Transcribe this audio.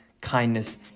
kindness